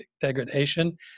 degradation